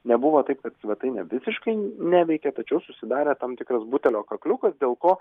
nebuvo taip kad svetainė visiškai neveikia tačiau susidarė tam tikras butelio kakliuka dėl ko